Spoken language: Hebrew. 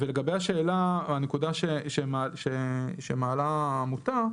ולגבי הנקודה שמעלה העמותה,